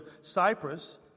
Cyprus